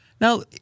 Now –